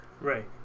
right